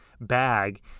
bag